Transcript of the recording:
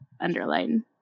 underline